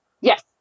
Yes